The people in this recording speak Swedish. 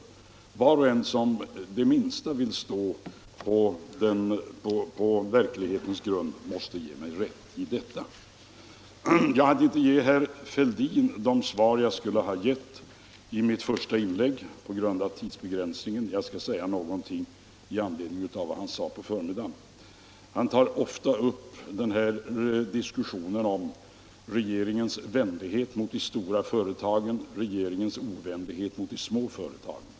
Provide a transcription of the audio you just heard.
Var och en som det minsta vill stå på verklighetens grund måste ge mig rätt i det. Jag kan inte ge herr Fälldin de svar jag skulle ha lämnat i mitt tidigare inlägg på grund av tidsbegränsningen. Jag skall säga någonting i anledning av vad han sade på förmiddagen. Herr Fälldin tar ofta upp diskussion om regeringens vänlighet mot de stora företagen och ovänlighet mot de små.